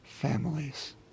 families